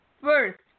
first